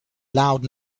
loud